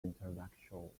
intellectual